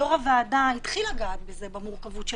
יושב-ראש הוועדה התחיל אגב במורכבות של